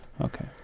Okay